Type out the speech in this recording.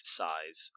size